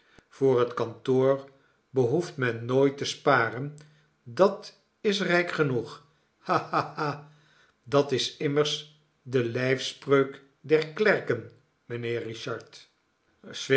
voor het kantoor behoeft men nooit te sparen dat is rijk genoeg ha ha hal dat is immers de lijfspreuk der klerken mijnheer richard